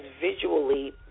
visually